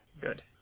Good